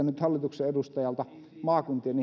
nyt hallituksen edustajalta maakuntien